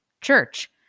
church